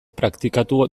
praktikatu